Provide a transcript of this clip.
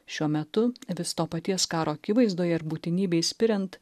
šiuo metu vis to paties karo akivaizdoje ir būtinybei spiriant